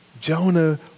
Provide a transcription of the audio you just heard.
Jonah